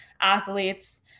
athletes